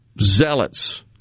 zealots